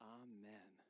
amen